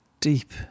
deep